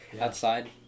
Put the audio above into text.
Outside